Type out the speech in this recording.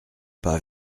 pas